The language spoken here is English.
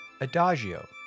adagio